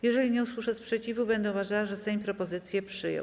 Jeżeli nie usłyszę sprzeciwu, będę uważała, że Sejm propozycję przyjął.